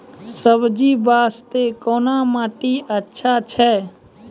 सब्जी बास्ते कोन माटी अचछा छै?